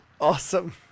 Awesome